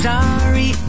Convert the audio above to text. Sorry